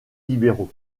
libéraux